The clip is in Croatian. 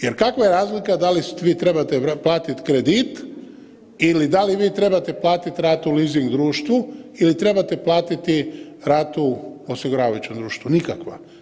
Jer kakva je razlika da li vi trebate platiti kredit ili da li vi trebate ratu leasing društvu ili trebate platiti ratu osiguravajućem društvu, nikakva.